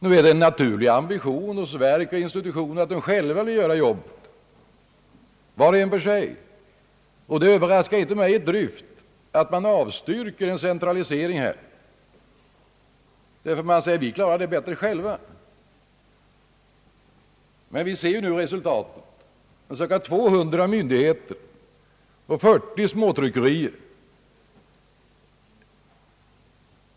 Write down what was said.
Nu är det en naturlig ambition hos verk och institutioner att själva vilja göra jobbet var och en för sig, och det överraskar inte mig på något sätt att man avstyrker en centralisering här, att man säger: Vi kla rar det bättre själva. Men vi ser resultatet: cirka 200 myndigheter och 40 småtryckerier.